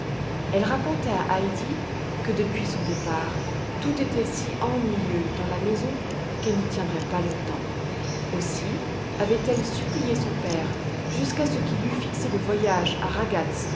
elle racontait à heidi que depuis son départ tout était si ennuyeux dans la maison qu'elle n'y tiendrait pas longtemps aussi avait-elle supplié son père jusqu'à ce qu'il eût fixé le voyage à ragaz